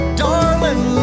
darling